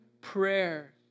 prayer